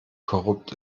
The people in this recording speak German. korrupt